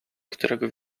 którego